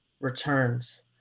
returns